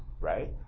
Right